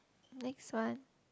next one